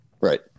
Right